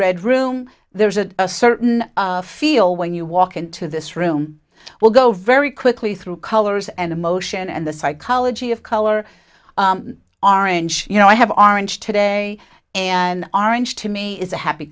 red room there's a certain feel when you walk into this room will go very quickly through colors and emotion and the psychology of color aren't you know i have orange today and orange to me is a happy